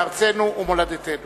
ארצנו ומולדתנו